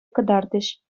кӑтартӗҫ